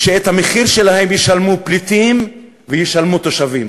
שאת המחיר שלה הם ישלמו פליטים וישלמו תושבים.